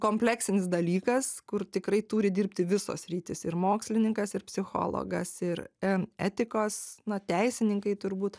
kompleksinis dalykas kur tikrai turi dirbti visos sritys ir mokslininkas ir psichologas ir etikos na teisininkai turbūt